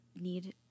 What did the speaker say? need